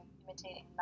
imitating